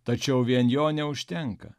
tačiau vien jo neužtenka